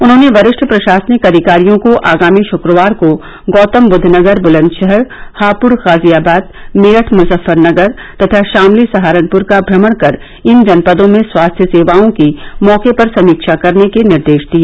उन्होंने वरिष्ठ प्रशासनिक अधिकारियों को आगामी श्क्रवार को गौतमबुद्दनगर बुलन्दशहर हाप्ड़ गाजियाबाद मेरठ मुजफफरनगर तथा शामली सहारनपुर का भ्रमण कर इन जनपदों में स्वास्थ्य सेवाओं की मौके पर समीक्षा करने के निर्देश दिए